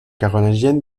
carolingienne